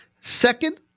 Second